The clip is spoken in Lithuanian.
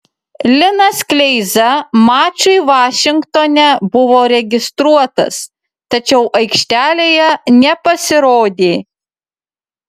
linas kleiza mačui vašingtone buvo registruotas tačiau aikštelėje nepasirodė